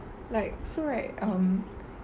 like so right um